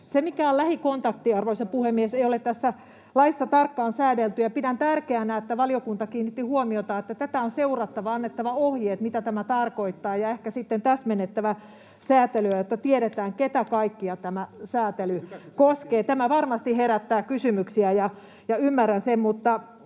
lähikontakti, arvoisa puhemies, ei ole tässä laissa tarkkaan säädelty, ja pidän tärkeänä, että valiokunta kiinnitti huomiota siihen, että tätä on seurattava ja annettava ohjeet, mitä tämä tarkoittaa, ja ehkä sitten täsmennettävä säätelyä, jotta tiedetään, keitä kaikkia tämä säätely koskee. Tämä varmasti herättää kysymyksiä, ja ymmärrän sen.